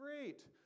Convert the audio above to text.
great